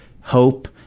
hope